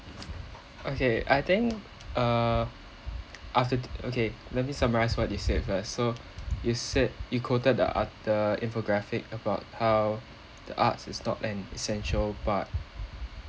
okay I think err after okay let me summarize what you said first so you said you quoted the uh the infographic about how the arts is not an essential part